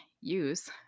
use